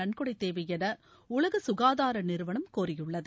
நன்கொடை தேவை என உலக சுகாதார நிறுவனம் கோரியுள்ளது